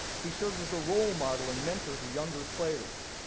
he serves as the role model and mentor to young players.